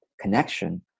connection